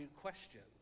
questions